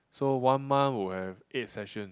so one month will have eight session